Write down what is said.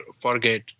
forget